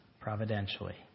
providentially